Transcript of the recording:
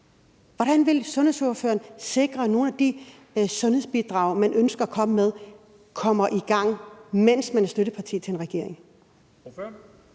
Hvordan vil sundhedsordføreren sikre, at nogle af de sundhedsbidrag, man ønsker at komme med, kommer i gang, mens man er støtteparti for en regering?